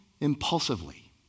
impulsively